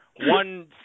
one